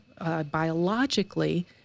Biologically